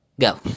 Go